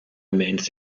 means